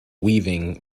weaving